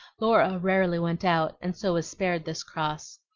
laura rarely went out, and so was spared this cross